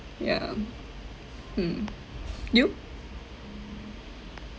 yeah hmm you